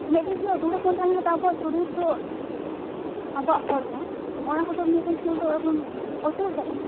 ᱢᱤᱫ ᱫᱤᱱ ᱦᱤᱞᱳᱜ ᱫᱩᱲᱩᱵ ᱵᱚᱱ ᱛᱟᱦᱮᱸᱞᱮᱱ ᱠᱷᱟᱱ ᱛᱚ ᱟᱵᱚᱮᱣᱟᱜ ᱥᱚᱨᱤᱨ ᱫᱚ ᱟᱵᱚᱣᱟᱜ ᱦᱚᱲᱢᱚ ᱚᱱᱟ ᱠᱚᱫᱚ ᱢᱤᱫ ᱫᱤᱱ ᱫᱚ ᱮᱠᱫᱚᱢ ᱚᱪᱚᱞ ᱪᱟᱵᱟᱜᱼᱟ